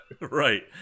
Right